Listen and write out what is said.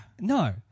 no